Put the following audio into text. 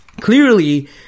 clearly